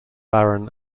baron